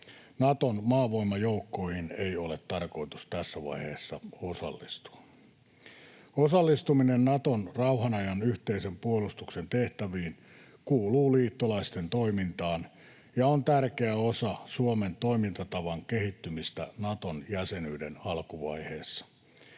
Naton maavoimajoukkoihin ei ole tarkoitus tässä vaiheessa osallistua. Osallistuminen Naton rauhanajan yhteisen puolustuksen tehtäviin kuuluu liittolaisten toimintaan ja on tärkeä osa Suomen toimintatavan kehittymistä Naton jäsenyyden alkuvaiheessa.